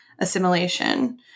assimilation